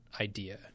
idea